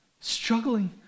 struggling